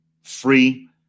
Free